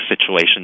situation